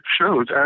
shows